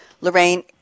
Lorraine